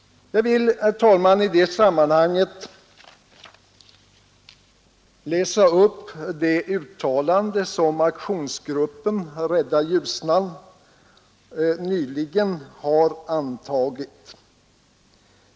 Jag vill, herr talman, i det sammanhanget läsa upp det uttalande som aktionsgruppen Rädda Ljusnan nyligen har antagit.